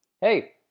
hey